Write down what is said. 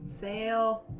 Fail